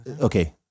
Okay